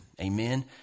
Amen